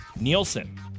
Nielsen